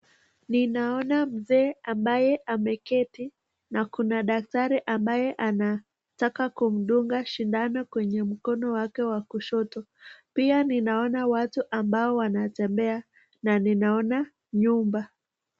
Ninaona mzee ambaye ameketi na kuna daktari ambaye anataka kumdunga sindano kwenye mkono wa kushoto pia ninaona watu ambao wanatembea na ninaona nyumba.